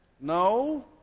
no